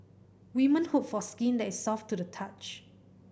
women hope for skin that is soft to the touch